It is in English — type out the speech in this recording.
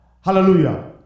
Hallelujah